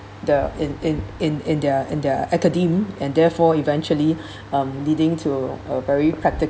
the in in in in their in their academ~ and therefore eventually um leading to a very practical